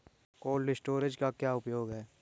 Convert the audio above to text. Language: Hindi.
कोल्ड स्टोरेज का क्या उपयोग है?